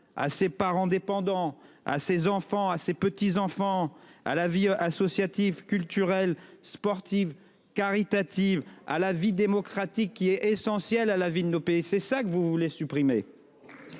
à ses parents dépendants, à ses enfants, à ses petits-enfants, aux vies associative, culturelle, sportive, caritative, démocratique, qui sont essentielles à la vie de notre pays. Voilà ce que vous voulez supprimer !